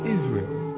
Israel